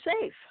safe